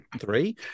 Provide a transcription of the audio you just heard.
three